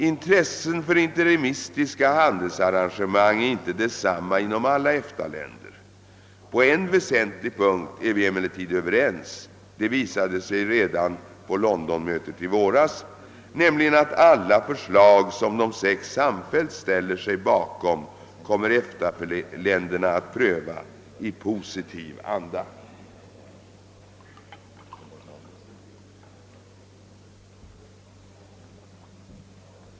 Intresset för interimistiska handelsarrangemang är inte detsamma inom alla EFTA-länder. På en väsentlig punkt är vi emellertid överens — det visade sig redan på Londonmötet i våras — nämligen att alla förslag som De sex samfällt ställer sig bakom kommer EFTA-länderna att pröva i positiv anda.